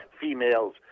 females